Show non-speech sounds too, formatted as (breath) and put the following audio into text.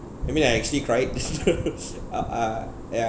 I mean I actually cried (laughs) (breath) uh uh ya